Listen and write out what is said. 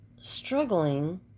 struggling